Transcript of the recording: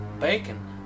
Bacon